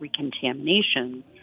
recontamination